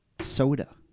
soda